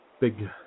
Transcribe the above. Big